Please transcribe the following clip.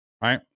Right